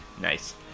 Nice